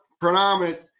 predominant